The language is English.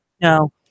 No